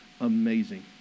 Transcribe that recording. amazing